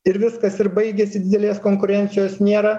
ir viskas ir baigiasi didelės konkurencijos nėra